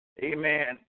amen